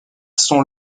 son